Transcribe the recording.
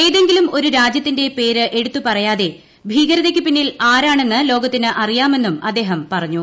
ഏതെങ്കിലും ഒരു രാജ്യത്തിന്റെ പേര് എടുത്തുപറയാതെ ഭീകരതയ്ക്ക് പിന്നിൽ ആരാണെന്ന് ലോകത്തിന് അറിയാമെന്നും അദ്ദേഹം പറഞ്ഞു